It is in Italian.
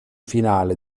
finale